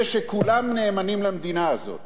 זה שכולם נאמנים למדינה הזאת.